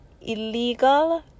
illegal